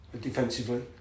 defensively